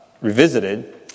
Revisited